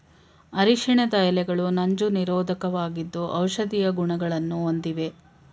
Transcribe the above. ಅರಿಶಿಣದ ಎಲೆಗಳು ನಂಜು ನಿರೋಧಕವಾಗಿದ್ದು ಔಷಧೀಯ ಗುಣಗಳನ್ನು ಹೊಂದಿವೆ